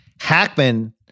Hackman